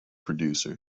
producer